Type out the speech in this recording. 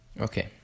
Okay